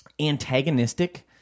antagonistic